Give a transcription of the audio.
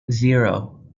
zero